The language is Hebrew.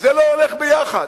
זה לא הולך יחד,